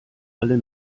alle